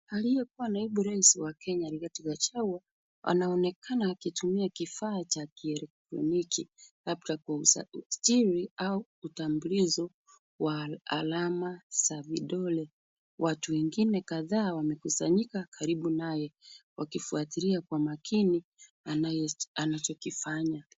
Aliyekuwa naibu wa rais Rigathi Gachagua, anaonekana akitumia kifaa cha kielektroniki, labda kwa usajili au utambulizo wa alama za vidole. Watu wengine kadhaa wamekusanyika karibu naye, wakifuatilia kwa makini anachokifanya.